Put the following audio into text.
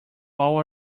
all